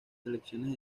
selecciones